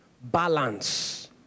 Balance